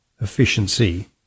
efficiency